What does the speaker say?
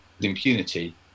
impunity